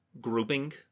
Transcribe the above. grouping